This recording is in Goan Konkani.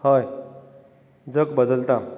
हय जग बदलता